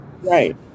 Right